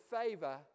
favor